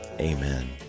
Amen